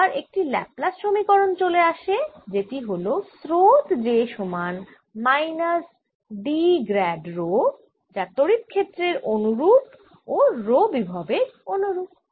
আবার একটি ল্যাপ্লাস সমীকরণ চলে আসে যেটি হল স্রোত j সমান মাইনাস D গ্র্যাড রো যা তড়িৎ ক্ষেত্রের অনুরূপ ও রো বিভবের অনুরূপ